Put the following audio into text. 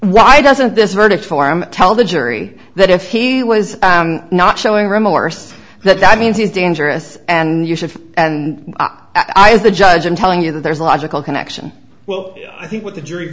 why doesn't this verdict tell the jury that if he was not showing remorse but that means he's dangerous and you should and i as the judge i'm telling you that there's a logical connection well i think what the jury